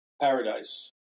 paradise